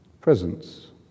presence